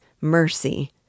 Mercy